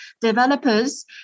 developers